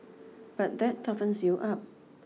but that toughens you up